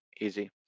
easy